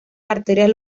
arterias